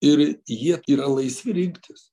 ir jie yra laisvi rinktis